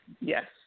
Yes